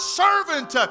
servant